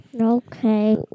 Okay